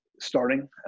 starting